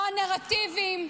לא הנרטיבים,